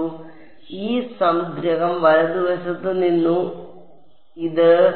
അതിനാൽ ഈ സംഗ്രഹം വലതുവശത്ത് നിന്നു അതിനാൽ